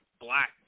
black